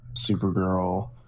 Supergirl